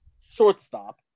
Shortstop